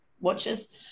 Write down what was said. watches